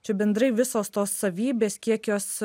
čia bendrai visos tos savybės kiek jos